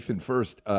first